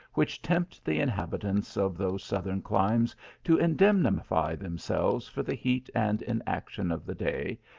which tempt the inhabitants of those southern climes to indemnify themselves for the heat and inaction of the day,